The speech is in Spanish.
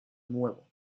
nuevo